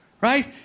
right